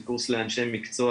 זה קורס לאנשי מקצוע